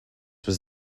was